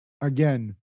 again